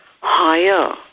higher